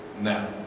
Now